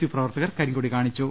U പ്രവർത്തകർ കരിങ്കൊടി കാണിച്ചു